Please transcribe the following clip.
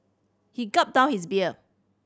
he gulped down his beer